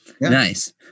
Nice